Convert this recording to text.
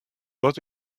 wat